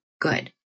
good